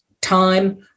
time